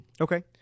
Okay